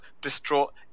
distraught